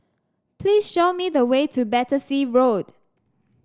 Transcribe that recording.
please show me the way to Battersea Road